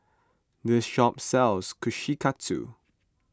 this shop sells Kushikatsu